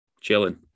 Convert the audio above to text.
chilling